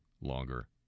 longer